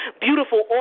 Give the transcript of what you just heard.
beautiful